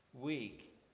week